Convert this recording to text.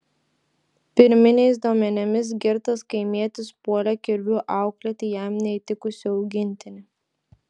pirminiais duomenimis girtas kaimietis puolė kirviu auklėti jam neįtikusį augintinį